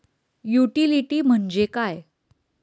Utility म्हणजे काय?